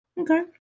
Okay